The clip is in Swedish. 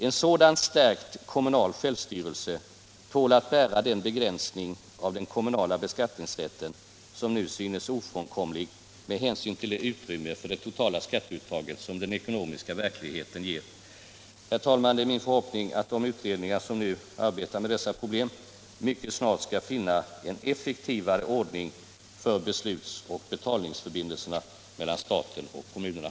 En sådan stärkt kommunal självstyrelse tål att bära den begränsning av den kommunala beskattningsrätten som nu synes ofrånkomlig med hänsyn till det utrymme för det totala skatteuttaget som den ekonomiska verkligheten ger. Herr talman! Det är min förhoppning att de utredningar som nu arbetar med dessa problem mycket snart skall finna en effektivare ordning för beslutsoch betalningsförbindelserna mellan staten och kommunerna.